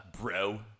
bro